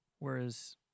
Whereas